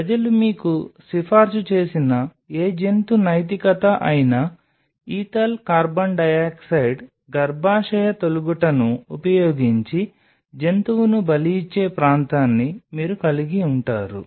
ప్రజలు మీకు సిఫార్సు చేసిన ఏ జంతు నైతికత అయినా ఈథల్ కార్బన్ డయాక్సైడ్ గర్భాశయ తొలగుటను ఉపయోగించి జంతువును బలి ఇచ్చే ప్రాంతాన్ని మీరు కలిగి ఉంటారు